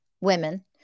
women